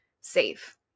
safe